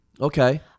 Okay